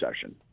session